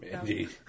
Indeed